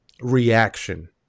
reaction